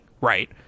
right